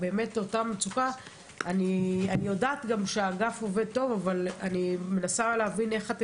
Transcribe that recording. אני יודעת, אבל התחיל תהליך הגיוס?